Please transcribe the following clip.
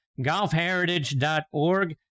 golfheritage.org